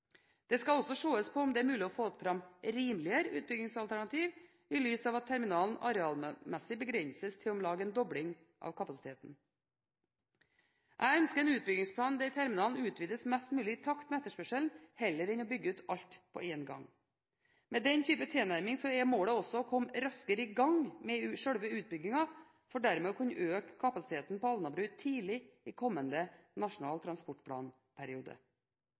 Det skal også ses på om det er mulig å få fram rimeligere utbyggingsalternativer i lys av at terminalen arealmessig begrenses til om lag en dobling av kapasiteten. Jeg ønsker en utbyggingsplan der terminalen utvikles mest mulig i takt med etterspørselen, heller enn å bygge ut alt på en gang. Med den type tilnærming er målet å komme raskere i gang med selve utbyggingen for dermed å kunne øke kapasiteten på Alnabru tidlig i kommende Nasjonal